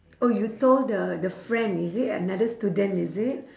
oh you told the the friend is it another student is it